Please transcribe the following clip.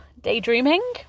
daydreaming